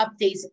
updates